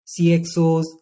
CXOs